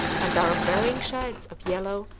and are of varying shades of yellow,